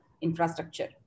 infrastructure